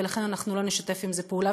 ולכן אנחנו לא נשתף עם זה פעולה,